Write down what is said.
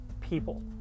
people